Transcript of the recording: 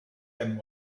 and